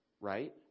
right